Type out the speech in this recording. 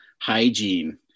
hygiene